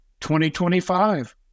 2025